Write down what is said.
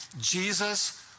Jesus